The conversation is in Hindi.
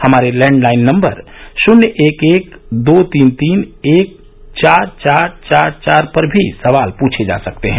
हमारे लैंडलाइन नम्बर शन्य एक एक दो तीन तीन एक चार चार चार चार पर भी सवाल पृष्ठ सकते हैं